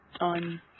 on